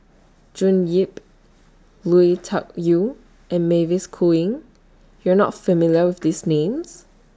June Yap Lui Tuck Yew and Mavis Khoo Oei YOU Are not familiar with These Names